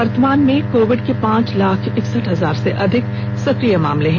वर्तमान में कोविड के पांच लाख इक्सठ हजार से अधिक सक्रिय मामले हैं